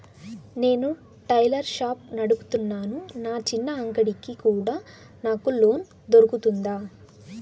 నేను tailor shop నడుపుతున్నాను, నా చిన్న అంగడి కి కూడా నాకు లోను దొరుకుతుందా?